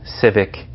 civic